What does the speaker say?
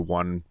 one